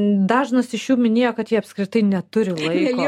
dažnas iš jų minėjo kad jie apskritai neturi laiko